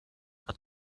hat